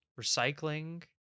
recycling